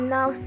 Now